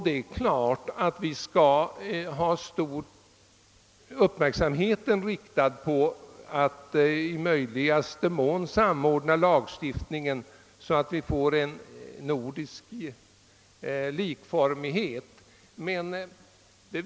Det är klart att vi bör ha uppmärksamheten riktad på att i möjligaste mån samordna lagstiftningen så att vi får fram en nordisk likformighet.